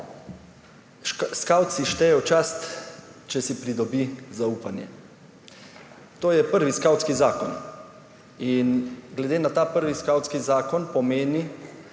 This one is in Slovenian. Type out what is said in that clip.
Skavt si šteje v čast, če si pridobi zaupanje. To je prvi skavtski zakon. In glede na ta prvi skavtski zakon pomeni,